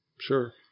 Sure